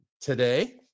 today